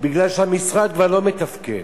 שהמשרד כבר לא מתפקד,